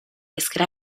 ezker